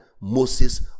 Moses